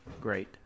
great